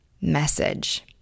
message